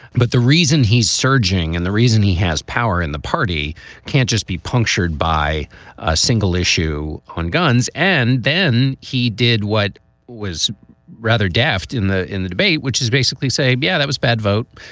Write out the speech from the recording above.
but the reason he's surging and the reason he has power in the party can't just be punctured by a single issue on guns. and then he did what was rather daft in the in the debate, which is basically say, yeah, that was bad vote.